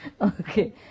Okay